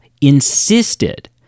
insisted